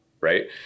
Right